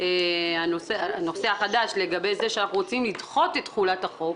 טענת הנושא החדש לגבי זה שאנחנו רוצים לדחות את תחולת החוק